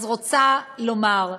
אז רוצה לומר,